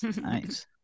Nice